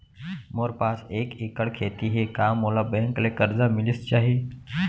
मोर पास एक एक्कड़ खेती हे का मोला बैंक ले करजा मिलिस जाही?